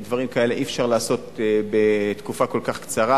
כי דברים כאלה אי-אפשר לעשות בתקופה כל כך קצרה,